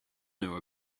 know